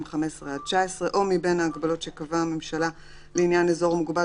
15 עד 19 או מבין ההגבלות שקבעה הממשלה לעניין אזור מוגבל